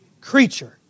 creature